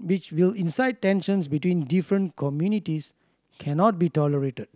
which will incite tensions between different communities cannot be tolerated